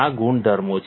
આ ગુણધર્મો છે